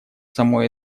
самой